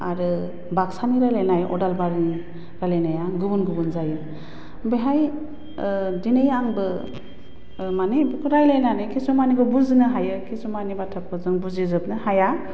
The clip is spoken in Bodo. आरो बाक्सानि रायलाइनाय अदालबारिनि रायलाइनाया गुबुन गुबुन जायो बेहाय दिनै आंबो माने बेखौ रायलाइनानै खिसुमाननिखौ बुजिनो हायो खिसुमाननि बाथ्राखौ जों बुजिजोबनो हाया